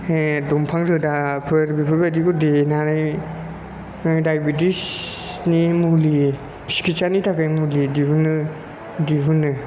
बे दंफां रोदाफोर बेफोरबायदिखौ देनानै दायबेथिसनि मुलि सिखिथसानि थाखाय मुलि दिहुनो दिहुनो